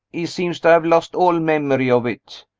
he seems to have lost all memory of it.